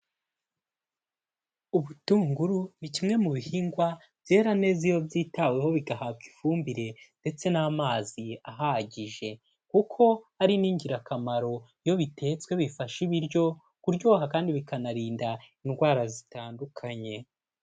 Ubutunguru ni kimwe mu bihingwa byera neza iyo byitaweho bigahabwa ifumbire ndetse n'amazi ahagije. Kuko ari n'ingirakamaro, iyo bitetswe bifasha ibiryo kuryoha kandi bikanarinda indwara zitandukanye.